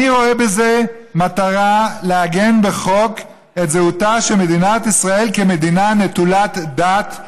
אני רואה בזה מטרה לעגן בחוק את זהותה של מדינת ישראל כמדינה נטולת דת.